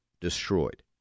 destroyed